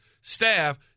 staff